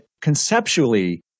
conceptually